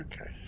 Okay